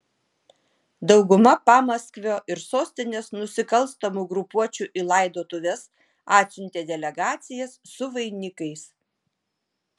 dauguma pamaskvio ir sostinės nusikalstamų grupuočių į laidotuves atsiuntė delegacijas su vainikais